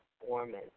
performance